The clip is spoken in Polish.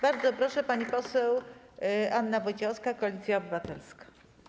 Bardzo proszę, pani poseł Anna Wojciechowska, Koalicja Obywatelska.